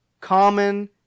common